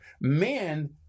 men